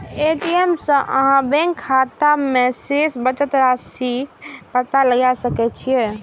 ATM सं अहां bank खाता मे शेष बचल राशिक पता लगा सकै छी